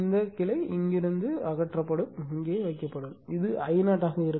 இந்த கிளை இங்கிருந்து அகற்றப்படும் இது I0 ஆக இருக்கும்